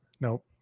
nope